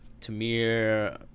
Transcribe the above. Tamir